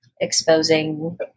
exposing